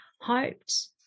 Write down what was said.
hoped